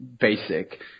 basic